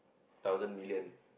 thousand million